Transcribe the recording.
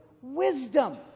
wisdom